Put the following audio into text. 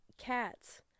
cats